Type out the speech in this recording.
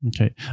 Okay